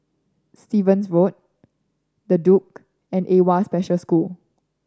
Stevens Road The Duke and AWWA Special School